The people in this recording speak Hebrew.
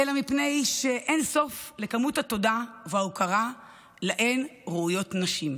אלא מפני שאין סוף לכמות התודה וההוקרה שלהן ראויות נשים.